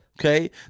okay